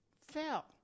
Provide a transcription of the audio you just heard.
fell